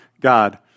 God